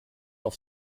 auf